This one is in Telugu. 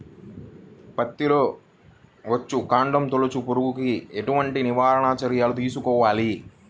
పత్తిలో వచ్చుకాండం తొలుచు పురుగుకి ఎలాంటి నివారణ చర్యలు తీసుకోవాలి?